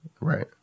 Right